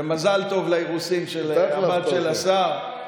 ומזל טוב לאירוסים של הבת של השר.